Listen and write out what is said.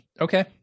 Okay